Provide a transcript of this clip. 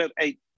eight